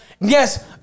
Yes